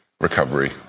recovery